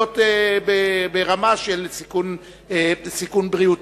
להיות ברמה של סיכון בריאותי.